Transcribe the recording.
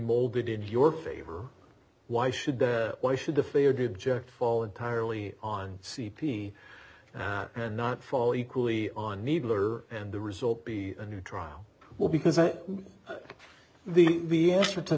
molded in your favor why should why should the fair did jack fall entirely on c p and not fall equally on needler and the result be a new trial well because i the the answer to